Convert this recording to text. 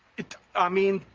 i mean,